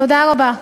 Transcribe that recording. תודה רבה.